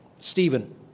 Stephen